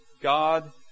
God